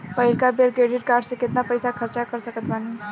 पहिलका बेर credit card से केतना पईसा खर्चा कर सकत बानी?